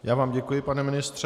Já vám děkuji, pane ministře.